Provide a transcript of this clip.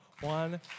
One